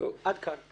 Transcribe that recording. עד כאן.